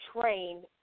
trained